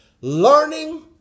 learning